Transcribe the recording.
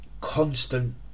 constant